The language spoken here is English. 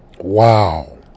Wow